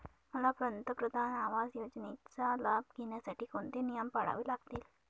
मला पंतप्रधान आवास योजनेचा लाभ घेण्यासाठी कोणते नियम पाळावे लागतील?